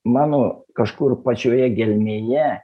mano kažkur pačioje gelmėje